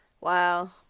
wow